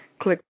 Click